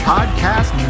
Podcast